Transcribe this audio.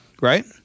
right